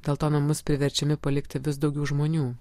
dėl to namus priverčiami palikti vis daugiau žmonių